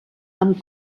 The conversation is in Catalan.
amb